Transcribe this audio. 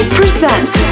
presents